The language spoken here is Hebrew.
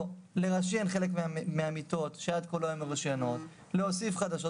לרשיין חלק מהמיטות שעד כה לא היו מרושיינות ולהוסיף חדשות,